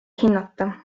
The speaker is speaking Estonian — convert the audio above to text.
hinnata